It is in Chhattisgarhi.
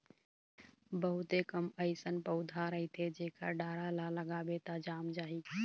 बहुते कम अइसन पउधा रहिथे जेखर डारा ल लगाबे त जाम जाही